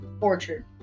Orchard